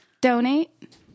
Donate